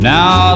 Now